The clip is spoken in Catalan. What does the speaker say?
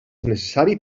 necessari